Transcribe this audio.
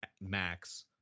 max